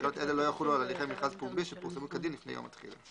תקנות אלה לא יחולו על הליכי מכרז פומבי שפורסמו כדין לפני יום התחילה.